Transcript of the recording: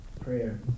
prayer